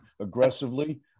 aggressively